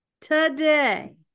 Today